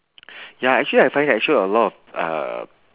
ya actually I find that show a lot of uh